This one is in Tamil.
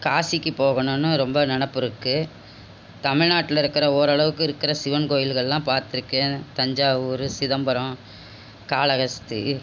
காசிக்கு போகணுன்னு ரொம்ப நினப்பு இருக்கு தமிழ்நாட்டில் இருக்கிற ஓரளவுக்கு இருக்கிற சிவன் கோயில்கள்லாம் பார்த்துருக்கேன் தஞ்சாவூர் சிதம்பரம் காளகஸ்தி